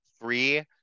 free